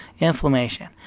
inflammation